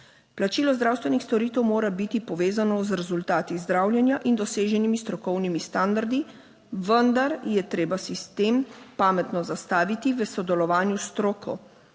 Plačilo zdravstvenih storitev mora biti povezano z rezultati zdravljenja in doseženimi strokovnimi standardi, vendar je treba sistem pametno zastaviti v sodelovanju s stroko,